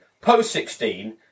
Post-16